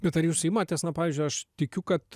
bet ar jūs imatės na pavyzdžiui aš tikiu kad